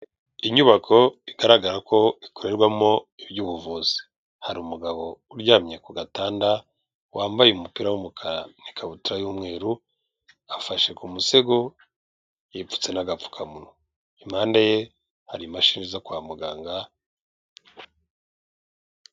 Inyubako bbigaragara ko ikorerwamo iby'ubuvuzi, hari umugabo uryamye ku gatanda wambaye umupira w'umukara n'ikabutura y'umweru, afashe ku musego yipfutse n'agapfukamunwa, impande ye hari imashini zo kwa muganga.